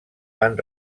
van